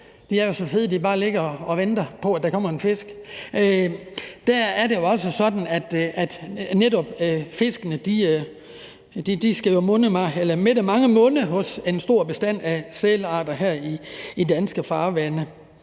de er jo så fede, at de bare ligger og venter på, at der kommer en fisk. Der er det jo sådan, at fiskene skal mætte mange munde hos en stor bestand af sæler her i de danske farvande.